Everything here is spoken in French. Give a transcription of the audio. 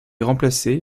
remplacé